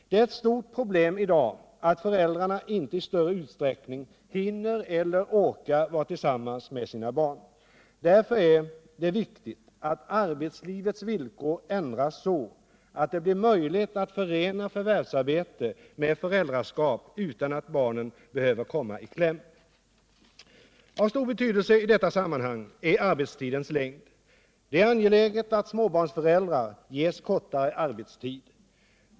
Det är ett stort problem i dag att föräldrarna inte i större utsträckning hinner eller orkar vara tillsammans med sina barn. Därför är det viktigt att arbetslivets villkor ändras så att det blir möjligt att förena förvärvsarbete med föräldraskap utan att barnen behöver komma i kläm. Av stor betydelse i detta sammanhang är arbetstidens längd. Det är angeläget att småbarnsföräldrar ges kortare arbetstid.